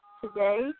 today